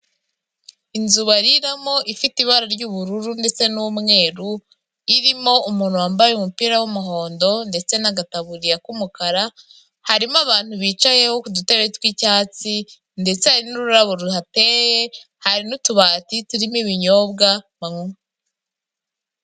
Inzu bariramo ifite ibara ry'ubururu ndetse n'umweru, irimo umuntu wambaye umupira w'umuhondo ndetse n'agataburiya k'umukara, harimo abantu bicaye ku dutebe tw'icyatsi ndetse hari n'ururabo ruhateye, hari n'utubati turimo ibinyobwa banywa.